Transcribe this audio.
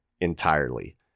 entirely